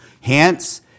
Hence